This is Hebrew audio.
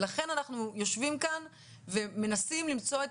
לכן אנחנו יושבים כאן ומנסים למצוא את